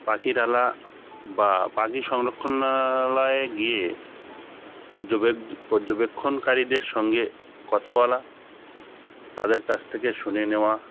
পাখিরালয় বা পাখি সংরক্ষণালয়ে গিয়ে পর্যবেক্ষণকারীদের সঙ্গে কথা বলা তাদের কাছ থেকে শুনে নেওয়া